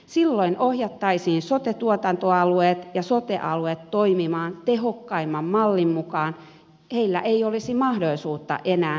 silloin ohjattaisiin sote tuotantoalueet ja sote alueet toimimaan tehokkaimman mallin mukaan heillä ei olisi mahdollisuutta enää tehottomaan toimintaan